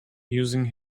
using